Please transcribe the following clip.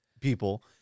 people